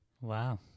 Wow